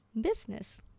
business